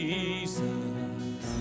Jesus